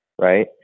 right